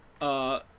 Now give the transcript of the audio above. Uh-